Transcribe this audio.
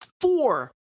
four